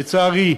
לצערי,